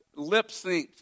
lip-synced